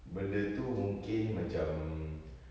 benda tu mungkin macam